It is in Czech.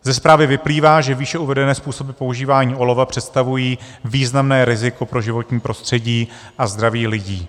Ze zprávy vyplývá, že výše uvedené způsoby používání olova představují významné riziko pro životní prostředí a zdraví lidí.